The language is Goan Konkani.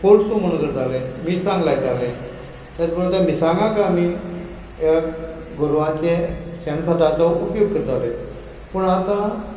पोरसूं म्हुणू करताले मिरसांग लायताले तेच बरोबर त्या मिरसांगाक आमी गोरवाचें शेण खताचो उपयोग करताले पूण आतां